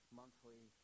monthly